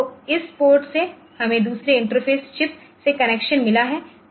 तो इस पोर्ट से हमें दूसरे इंटरफ़ेस चिप से कनेक्शन मिला है